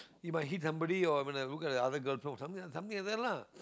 it might hit somebody or when I look at the other girl you know some~ something like that lah